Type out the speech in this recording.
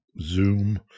Zoom